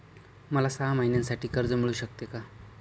मला सहा महिन्यांसाठी कर्ज मिळू शकते का?